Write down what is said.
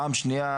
פעם שנייה,